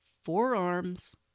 forearms